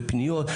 בפניות,